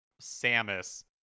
Samus